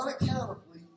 unaccountably